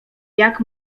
jak